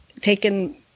taken